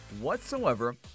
whatsoever